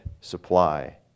supply